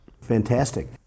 Fantastic